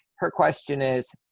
her question is,